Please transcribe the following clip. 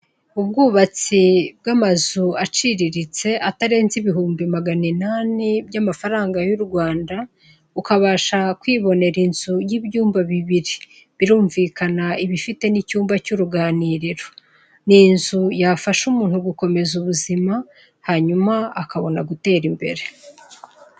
Ubwubatsi bw'amazu aciriritse atarenze ibihumbi magana inani by'amafaranga y'u Rwanda, ukabasha kwibonera inzu y'ibyumba bibiri, birumvikana iba ifite n'icyumba cy'uruganiriro, ni inzu yafasha umuntu gukomeza ubuzima hanyuma akabona gutera imbere.